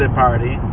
party